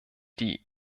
die